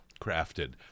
crafted